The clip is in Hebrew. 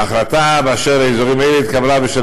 ההחלטה באשר לאזורים האלה התקבלה בשל